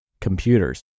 computers